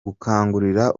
gukangurira